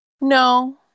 no